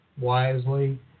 wisely